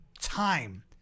time